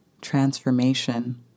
transformation